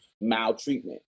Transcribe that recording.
maltreatment